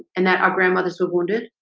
and that our grandmothers were wounded